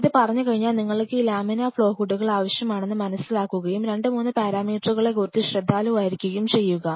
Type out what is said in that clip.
ഇത് പറഞ്ഞുകഴിഞ്ഞാൽ നിങ്ങൾക്ക് ഈ ലാമിനാർ ഫ്ലോ ഹൂഡുകൾ ആവശ്യമാണെന്ന് മനസ്സിലാക്കുകയും 23 പാരാമീറ്ററുകളെക്കുറിച്ച് ശ്രദ്ധാലുവായിരിക്കുകയും ചെയ്യുക